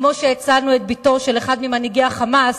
כמו שהצלנו את בתו של אחד ממנהיגי ה"חמאס",